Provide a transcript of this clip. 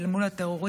אל מול הטרוריסטים,